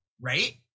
right